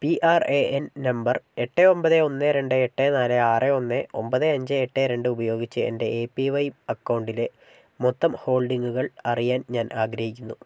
P R A N number എട്ട് ഒമ്പത് ഒന്ന് രണ്ട് എട്ട് നാല് ആറ് ഒന്ന് ഒമ്പത് അഞ്ച് എട്ട് രണ്ട് ഉപയോഗിച്ച് എൻ്റെ എ പി വൈ അക്കൗണ്ടിലെ മൊത്തം ഹോൾഡിംഗുകൾ അറിയാൻ ഞാൻ ആഗ്രഹിക്കുന്നു